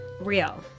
Real